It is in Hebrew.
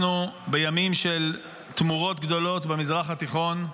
אנחנו בימים של תמורות גדולות במזרח התיכון,